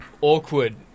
awkward